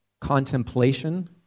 contemplation